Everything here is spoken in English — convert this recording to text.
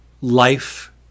life